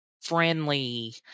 friendly